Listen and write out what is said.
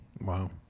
Wow